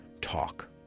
talk